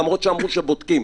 למרות שהבנתי שבודקים,